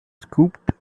scooped